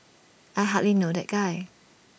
I hardly know that guy